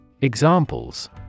Examples